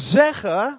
zeggen